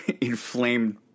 inflamed